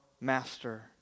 master